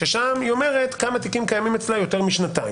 שבו היא אומרת כמה תיקים קיימים אצלה יותר משנתיים.